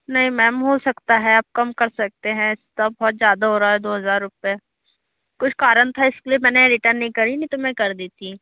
नहीं मैम हो सकता है आप कम कर सकते हैं तब बहुत ज़्यादा हो रहा है दो हज़ार रुपये कुछ कारण था इसके लिए मैंने रिटर्न नहीं करी नहीं तो मैं कर देती